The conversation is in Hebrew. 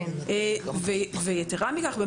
יתרה מכך,